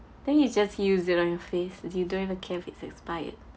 then you just use it on your face you don't even care if it's expired